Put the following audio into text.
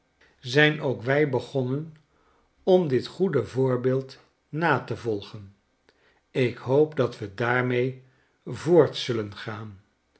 zijn ook wij begonqpn om dit goede voorbeeld na te volgen ik hoop dat we daarmee voortzullengaan